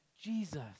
Jesus